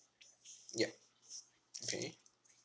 yup okay